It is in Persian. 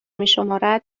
میشمارد